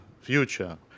future